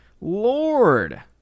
Lord